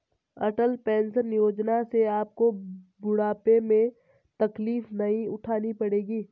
अटल pension योजना से आपको बुढ़ापे में तकलीफ नहीं उठानी पड़ेगी